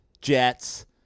Jets